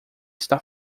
está